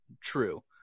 true